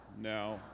now